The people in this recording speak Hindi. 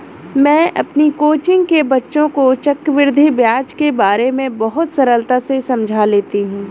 मैं अपनी कोचिंग के बच्चों को चक्रवृद्धि ब्याज के बारे में बहुत सरलता से समझा लेती हूं